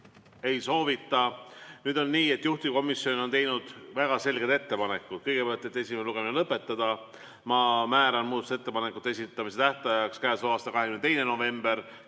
Ei soovita. Nüüd on nii, et juhtivkomisjon on teinud väga selged ettepanekud. Kõigepealt, esimene lugemine lõpetada. Määran muudatusettepanekute esitamise tähtajaks k.a 22. novembri